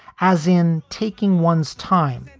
as in taking one's time,